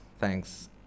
Thanks